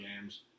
games